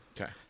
Okay